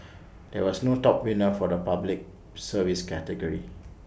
there was no top winner for the Public Service category